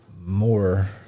more